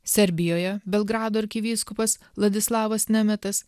serbijoje belgrado arkivyskupas vladislavas nemetas